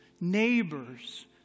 neighbors